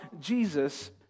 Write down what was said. Jesus